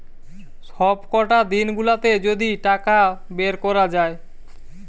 সবকটা দিন গুলাতে যদি টাকা বের কোরা যায়